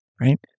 right